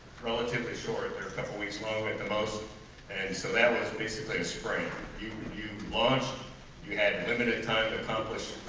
relatively short, a couple weeks at the most and so that was basically a spring you and you launch you had limited time to accomplish